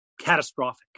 catastrophic